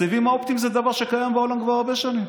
הסיבים האופטיים זה דבר שקיים בעולם כבר הרבה שנים.